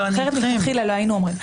אחרת לא היינו אומרים.